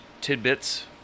tidbits